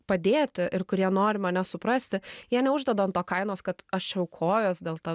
padėti ir kurie nori mane suprasti jie neuždeda ant to kainos kad aš čia aukojuos dėl to